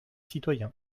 citoyen